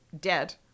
dead